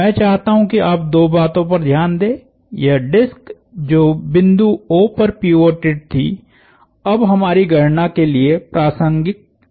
मैं चाहता हूं कि आप दो बातों पर ध्यान दें यह डिस्क जो बिंदु O पर पिवोटेड थी अब हमारी गणना के लिए प्रासंगिक नहीं है